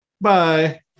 Bye